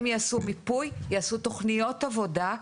הם יעשו מיפוי, יעשו תוכניות עבודה,